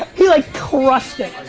he like crushed it.